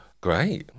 Great